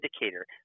indicator